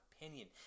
opinion